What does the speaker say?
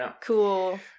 cool